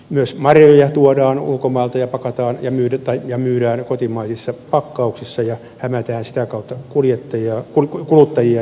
myös marjoja tuodaan ulkomailta ja pakataan ja myydään kotimaisissa pakkauksissa ja hämätään sitä kautta kuluttajia